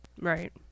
Right